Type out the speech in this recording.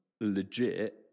legit